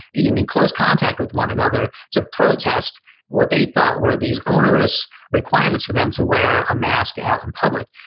in in close contact with one another to protest what they thought were these onerous requirements for them to wear a mask out in public.